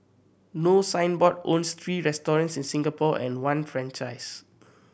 no signboard owns three restaurants in Singapore and one franchise